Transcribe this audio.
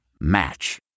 Match